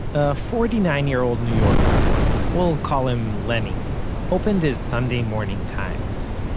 a forty-nine-year-old new yorker we'll call him lenny opened his sunday morning times.